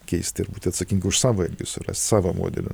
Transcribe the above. keisti ir būti atsakingu už savo surast savo modelį